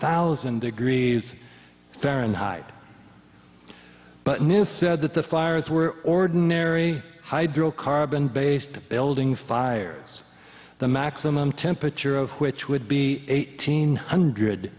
thousand degrees fahrenheit but new said that the fires were ordinary hydrocarbon based building fires the maximum temperature of which would be eighteen hundred